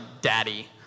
daddy